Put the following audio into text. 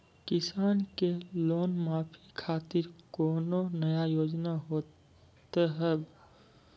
किसान के लोन माफी खातिर कोनो नया योजना होत हाव?